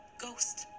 Ghost